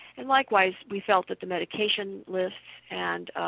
and likewise we felt that the medication list and